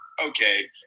okay